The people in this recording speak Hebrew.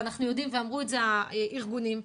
ואמרו את זה הארגונים,